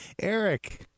Eric